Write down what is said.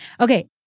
Okay